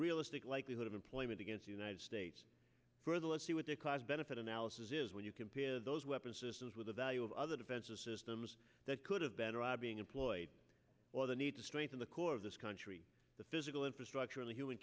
realistic likelihood of employment against the united states for the let's see what the cost benefit analysis is when you compare those weapons systems with the value of other defensive systems that could have been robbing employed or the need to strengthen the core of this country the physical infrastructure of the human